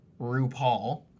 RuPaul